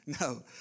No